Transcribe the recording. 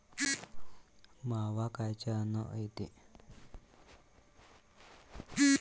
मावा कायच्यानं येते?